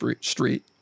Street